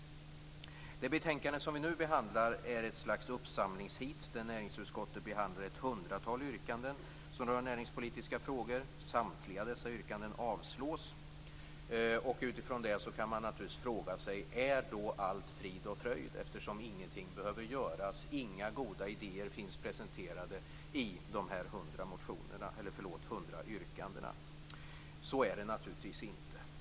Det betänkande som vi nu behandlar är ett slags uppsamlingsheat där näringsutskottet behandlar ett hundratal yrkanden som rör näringspolitiska frågor. Samtliga dessa yrkanden avstyrks. Med utgångspunkt i det kan man fråga sig om allt är frid och fröjd, eftersom ingenting behöver göras, inga goda idéer finns presenterade i de hundra yrkandena. Så är det naturligtvis inte.